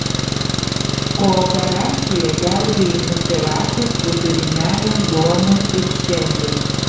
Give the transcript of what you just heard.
kooperacija gelbėjimosi ratas viduriniajam luomui ir šiandien